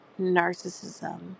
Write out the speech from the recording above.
narcissism